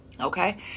okay